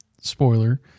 spoiler